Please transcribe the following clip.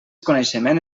coneixement